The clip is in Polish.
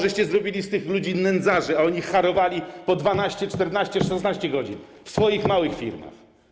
Za to, że zrobiliście z tych ludzi nędzarzy, a oni harowali po 12, 14, 16 godzin w swoich małych firmach.